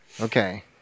Okay